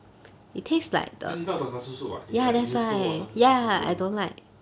cause it's not tonkatsu soup what is like miso or some~ or something